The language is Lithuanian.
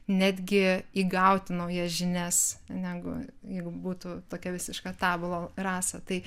netgi įgauti naujas žinias negu jeigu būtų tokia visiška tabula rasa tai